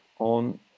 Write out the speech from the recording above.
on